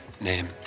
name